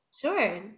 Sure